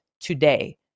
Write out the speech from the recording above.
today